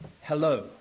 Hello